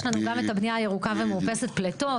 יש לנו גם את הבנייה הירוקה ומאופסת הפליטות.